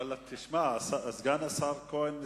אבל תשמע, סגן השר כהן מסתכל,